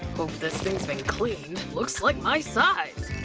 hope this thing's been cleaned, looks like my size!